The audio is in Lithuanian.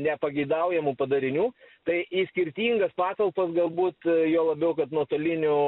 nepageidaujamų padarinių tai į skirtingas patalpas galbūt juo labiau kad nuotoliniu